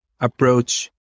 approach